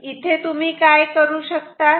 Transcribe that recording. तर इथे तुम्ही काय करू शकतात